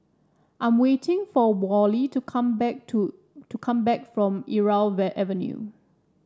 I'm waiting for Wally to come back to to come back from Irau Avenue